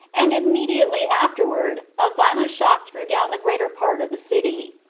and immediately afterward a violent shock threw down the greater part of the city.